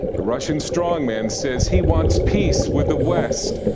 the russian strong man says he wants peace with the west,